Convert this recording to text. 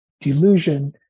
delusion